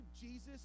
Jesus